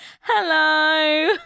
hello